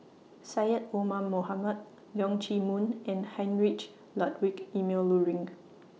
Syed Omar Mohamed Leong Chee Mun and Heinrich Ludwig Emil Luering